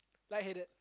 light headed